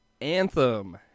Anthem